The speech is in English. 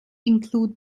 include